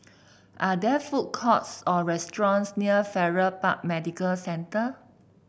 are there food courts or restaurants near Farrer Park Medical Centre